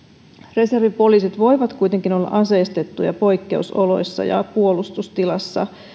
reservipoliisit voivat kuitenkin olla aseistettuja poikkeusoloissa ja puolustustilassa